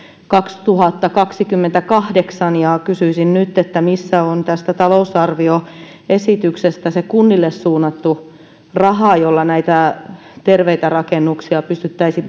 kaksituhattakaksikymmentäkahdeksan ohjelmasta ja kysyisin nyt missä on tästä talousarvioesityksestä se kunnille suunnattu raha jolla näitä terveitä rakennuksia pystyttäisiin